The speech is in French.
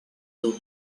dos